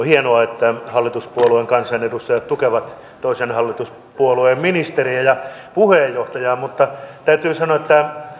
hienoa että hallituspuolueen kansanedustajat tukevat toisen hallituspuolueen ministeriä ja puheenjohtajaa mutta täytyy sanoa että